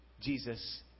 Jesus